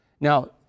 Now